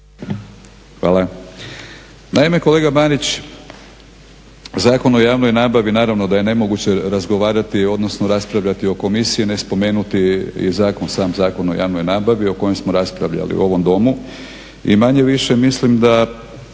Hvala. Naime, kolega Marić, Zakon o javnoj nabavi naravno da je nemoguće razgovarati, odnosno raspravljati o komisiji, ne spomenuti i zakon, samo Zakon o javnoj nabavi o kojem smo raspravljali u ovom Domu i manje-više mislim da